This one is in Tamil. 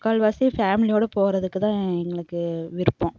முக்கால்வாசி ஃபேமிலியோடு போகிறதுக்குதான் எங்களுக்கு விருப்பம்